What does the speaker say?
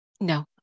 No